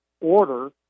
order